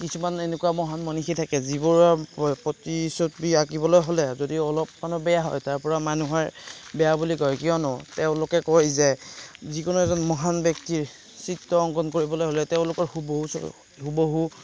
কিছুমান এনেকুৱা মহান মনিষী থাকে যিবোৰৰ প্ৰতিচ্ছবি আঁকিবলৈ হ'লে যদি অলপমানো বেয়া হয় তাৰপৰা মানুহে বেয়া বুলি কয় কিয়নো তেওঁলোকে কয় যে যিকোনো এজন মহান ব্যক্তিৰ চিত্ৰ অংকন কৰিবলৈ হ'লে তেওঁলোকৰ হুবহু হুবহু